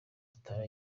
atari